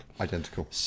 Identical